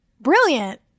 brilliant